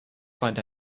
find